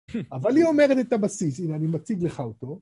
אבל היא אומרת את הבסיס, הנה אני מציג לך אותו